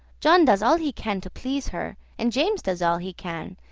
john does all he can to please her, and james does all he can,